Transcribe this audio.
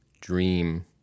dream